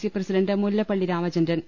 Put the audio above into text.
C president Mullappally Ramachandran